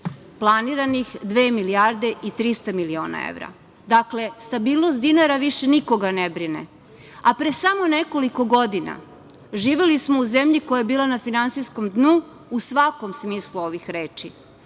planiranih dve milijarde i 300 miliona evra. Dakle, stabilnost dinara više nikoga ne brine. A pre samo nekoliko godina živeli smo u zemlji koja je bila na finansijskom dnu u svakom smislu ovih reči.